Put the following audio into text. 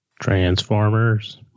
Transformers